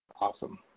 Awesome